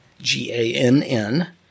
g-a-n-n